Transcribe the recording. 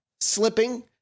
slipping